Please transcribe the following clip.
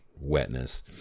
wetness